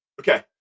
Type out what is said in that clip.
Okay